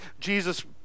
Jesus